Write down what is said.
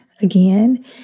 again